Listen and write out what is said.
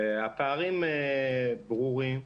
הפערים ברורים.